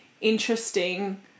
interesting